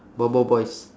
boboiboys